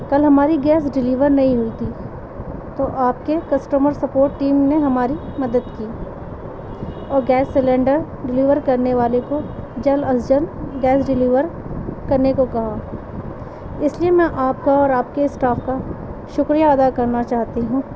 کل ہماری gas deliver نہیں ہوئی تھی تو آپ کے کسٹمر سپوٹ ٹیم نے ہماری مدد کی اور گیس سلنڈر ڈلیور کرنے والے کو جلد از جلد گیس ڈلیور کرنے کو کہا اس لیے میں آپ کا اور آپ کے اسٹاف کا شکریہ ادا کرنا چاہتی ہوں